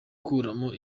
gukuramo